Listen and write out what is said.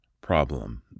problem